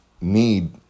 need